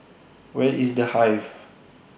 Where IS The Hive